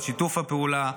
על שיתוף הפעולה,